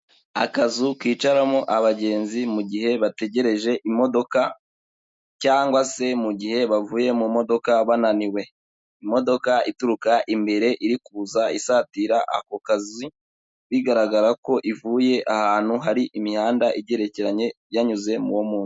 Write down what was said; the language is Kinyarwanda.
Akazu kicaramo abagenzi mu gihe bategereje imodoka, cyangwa se mugihe bavuye mumodoka bananiwe. Imodoka ituruka imbere iri kuza isatira ako kazu bigaragara ko ivuye ahantu hari imihanda igerekeranye yanyuze mu wo munsi.